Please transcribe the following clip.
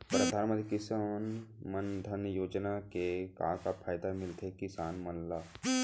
परधानमंतरी किसान मन धन योजना के का का फायदा मिलथे किसान मन ला?